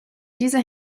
dieser